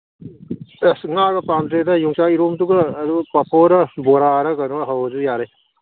ꯑꯁ ꯉꯥꯒ ꯄꯥꯝꯗ꯭ꯔꯦꯗ ꯌꯣꯡꯆꯥꯛ ꯏꯔꯣꯟꯕꯗꯨꯒ ꯑꯗꯨꯒ ꯄꯥꯐꯣꯔ ꯕꯣꯔꯥꯔ ꯀꯩꯅꯣ ꯍꯧꯔꯁꯨ ꯌꯥꯔꯦ